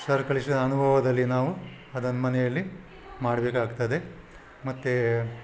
sir ಕಲಿಸಿದ ಅನುಭವದಲ್ಲಿ ನಾವು ಅದನ್ನ ಮನೆಯಲ್ಲಿ ಮಾಡಬೇಕಾಗ್ತದೆ ಮತ್ತು